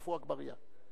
עפו אגבאריה,